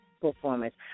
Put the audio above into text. performance